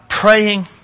praying